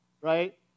right